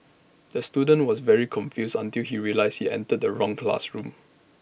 the student was very confused until he realised he entered the wrong classroom